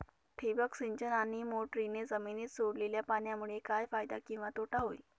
ठिबक सिंचन आणि मोटरीने जमिनीत सोडलेल्या पाण्यामुळे काय फायदा किंवा तोटा होईल?